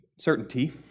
certainty